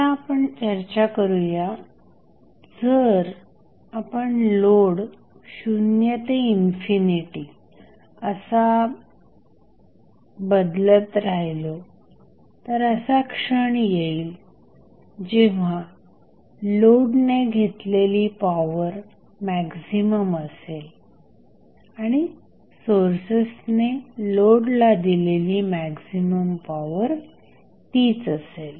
आता आपण चर्चा करू या जर आपण लोड शून्य ते इन्फिनिटी असा बदलत राहिल्यास असा एक क्षण येईल जेव्हा लोडने घेतलेली पॉवर मॅक्झिमम असेल आणि सोर्सेसने लोडला दिलेली मॅक्झिमम पॉवर तीच असेल